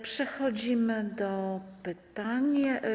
Przechodzimy do pytań.